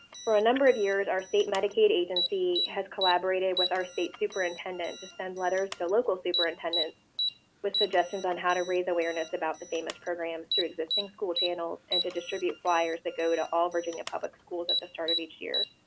for a number of years, our state medicaid agency has collaborated with our state superintendent to send letters to local superintendents with suggestions on how to raise awareness about the famis programs through existing school channels and to distribute fliers that go to all virginia public schools at the start of each year.